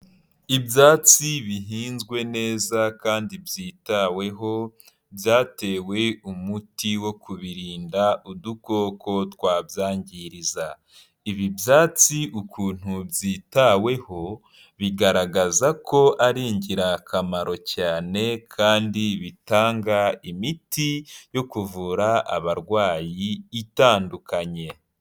Ibyatsi bihinzwe neza kandi byitaweho byatewe umuti wo kubirinda udukoko twabyangizariza, ibi byatsi ukuntu byitaweho bigaragaza ko ari ingirakamaro cyane kandi bitanga imiti yo kuvura abarwayi itandukanye.